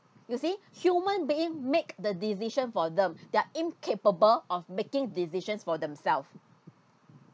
you see human being make the decision for them they're incapable of making decisions for themselves